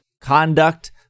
conduct